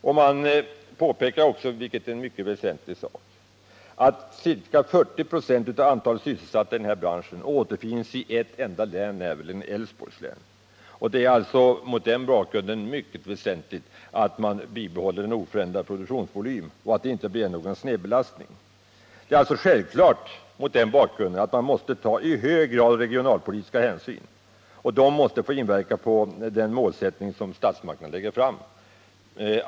Utskottet pekar också på en annan mycket viktig sak, nämligen att 40 96 av antalet sysselsatta i branschen återfinns i ett enda län — Älvsborgs län. Det är mot den bakgrunden mycket väsentligt att man bibehåller en oförändrad produktionsvolym och att det inte blir någon snedbelastning. Det är mot denna bakgrund i hög grad självklart att man måste ta regionalpolitiska hänsyn. Dessa måste få inverkan på statsmakternas målsättning.